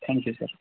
thank you sir